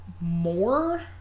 more